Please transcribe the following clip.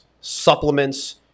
supplements